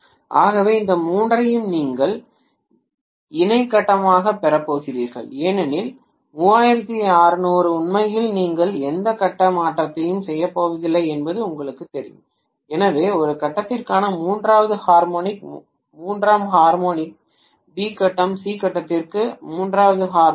ஆகவே இந்த மூன்றையும் நீங்கள் இணை கட்டமாகப் பெறப் போகிறீர்கள் ஏனெனில் 3600 உண்மையில் நீங்கள் எந்த கட்ட மாற்றத்தையும் செய்யப்போவதில்லை என்பது உங்களுக்குத் தெரியும் எனவே ஒரு கட்டத்திற்கான மூன்றாவது ஹார்மோனிக் மூன்றாம் ஹார்மோனிக் பி கட்டம் சி கட்டத்திற்கு மூன்றாவது ஹார்மோனிக்